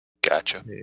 Gotcha